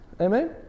Amen